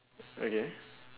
okay